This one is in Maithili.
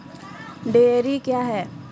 डेयरी क्या हैं?